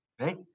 Right